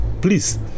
Please